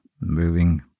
moving